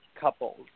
couples